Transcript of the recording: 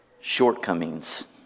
shortcomings